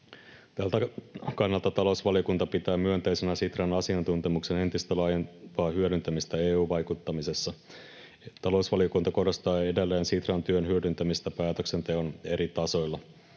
Tältä kannalta talousvaliokunta pitää myönteisenä Sitran asiantuntemuksen entistä laajempaa hyödyntämistä EU-vaikuttamisessa. Talousvaliokunta korostaa edelleen Sitran työn hyödyntämistä päätöksenteon eri tasoilla.